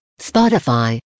Spotify